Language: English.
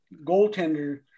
goaltender